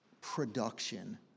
production